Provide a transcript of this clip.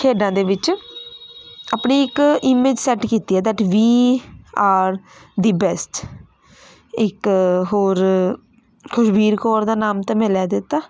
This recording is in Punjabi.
ਖੇਡਾਂ ਦੇ ਵਿੱਚ ਆਪਣੀ ਇੱਕ ਇਮੇਜ ਸੈੱਟ ਕੀਤੀ ਹੈ ਦੈਟ ਵੀ ਆਰ ਦੀ ਬੈਸਟ ਇੱਕ ਹੋਰ ਖੁਸ਼ਬੀਰ ਕੌਰ ਦਾ ਨਾਮ ਤਾਂ ਮੈਂ ਲੈ ਦਿੱਤਾ